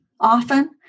often